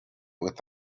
with